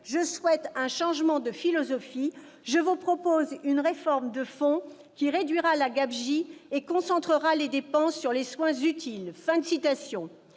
Je souhaite un changement de philosophie. Je vous propose une réforme de fond qui réduira la gabegie et concentrera les dépenses sur les soins utiles. »